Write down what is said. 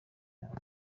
yabwo